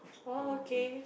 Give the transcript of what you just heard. oh okay